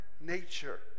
nature